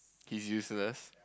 he's useless